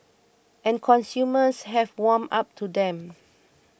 and consumers have warmed up to them